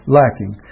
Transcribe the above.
lacking